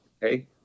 Hey